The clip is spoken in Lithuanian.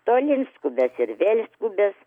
tolyn skubės ir vėl skubės